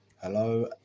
Hello